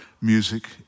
music